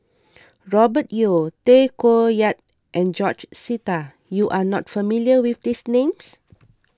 Robert Yeo Tay Koh Yat and George Sita you are not familiar with these names